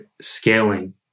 scaling